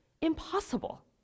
impossible